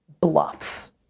bluffs